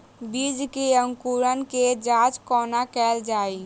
बीज केँ अंकुरण केँ जाँच कोना केल जाइ?